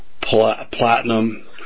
platinum